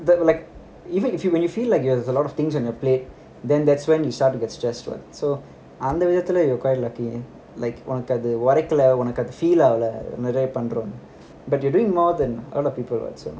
that like even if you when you feel like you have a lot of things on a plate then that's when you start to get stressed what so அந்த விதத்துல:antha vithathula you're quite lucky like உனக்கு அது உரைக்கல உனக்கு அது:unaku adhu uraikala unaku adhu feel ஆகல நிறைய பன்றேன்னு:agala niraya panrenu but you're doing more than a lot people what so